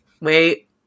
wait